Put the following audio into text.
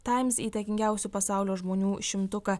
times įtakingiausių pasaulio žmonių šimtuką